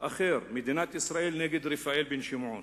אחר, מדינת ישראל נגד רפאל בן-שמעון.